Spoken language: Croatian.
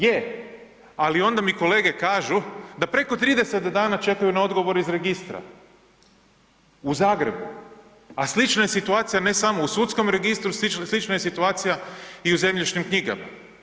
Je, ali onda mi kolege kažu da preko 30 dana čekaju na odgovor iz registra u Zagrebu, a slična je situacija ne samo u sudskom registru, slična je situacija i u zemljišnim knjigama.